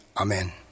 Amen